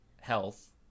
health